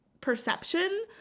perception